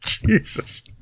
Jesus